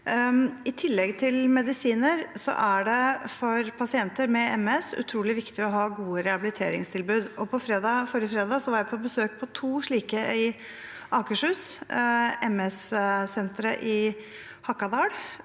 I tillegg til medisiner er det for pasienter med MS utrolig viktig å ha gode rehabiliteringstilbud. Forrige fredag var jeg på besøk hos to slike i Akershus: MS-Senteret Hakadal